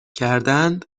کردند